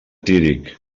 tírig